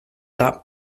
that